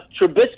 Trubisky